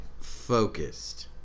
focused